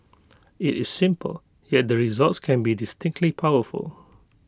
IT is simple yet the results can be distinctly powerful